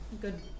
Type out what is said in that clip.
Good